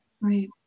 Right